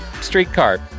streetcar